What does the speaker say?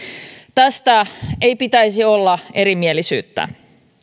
tästä ei pitäisi olla erimielisyyttä